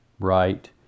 right